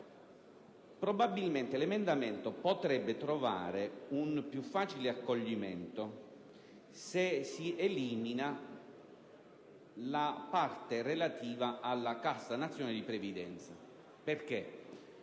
prossime ore - l'emendamento potrebbe trovare un più facile accoglimento se si eliminasse la parte relativa alla cassa nazionale di previdenza. Come